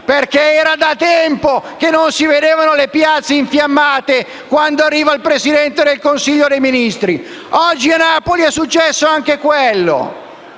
perché era da tempo che non si vedevano le piazze infiammarsi quando arriva il Presidente del Consiglio dei ministri. Oggi a Napoli è successo anche questo.